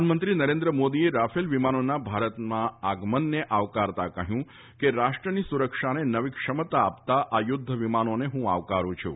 પ્રધાનમંત્રી નરેન્દ્ર મોદીએ રાફેલ વિમાનોના ભારતમાં આગમનને આવકારતા કહ્યું કે રાષ્ટ્રની સુરક્ષાને નવી ક્ષમતા આપતા આ યુદ્ધ વિમાનોને હું આવકાડું છુ